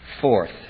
Fourth